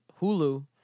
Hulu